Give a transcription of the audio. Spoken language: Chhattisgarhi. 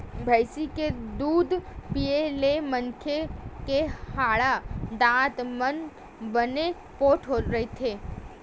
भइसी के दूद पीए ले मनखे के हाड़ा, दांत मन बने पोठ रहिथे